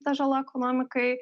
ta žala ekonomikai